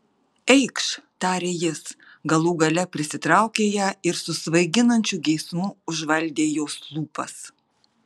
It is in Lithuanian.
eikš tarė jis galų gale prisitraukė ją ir su svaiginančiu geismu užvaldė jos lūpas